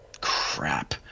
crap